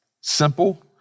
simple